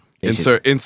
insert